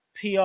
PR